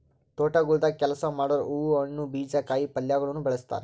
ತೋಟಗೊಳ್ದಾಗ್ ಕೆಲಸ ಮಾಡೋರು ಹೂವು, ಹಣ್ಣು, ಬೀಜ, ಕಾಯಿ ಪಲ್ಯಗೊಳನು ಬೆಳಸ್ತಾರ್